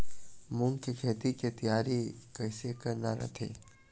मूंग के खेती के तियारी कइसे करना रथे?